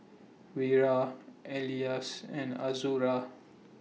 Wira Elyas and Azura